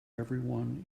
everyone